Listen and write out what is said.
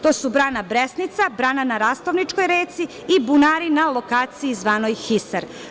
To su brana Bresnica, brana na Rastovničkoj reci i bunari na lokaciji zvanoj Hisar.